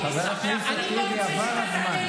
תודה רבה לך.